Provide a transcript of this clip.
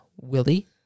Willie